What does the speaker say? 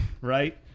right